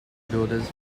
builders